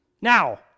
Now